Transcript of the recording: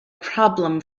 problem